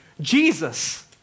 Jesus